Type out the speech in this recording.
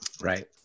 Right